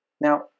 Now